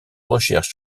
recherche